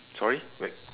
sorry wait